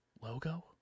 logo